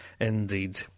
Indeed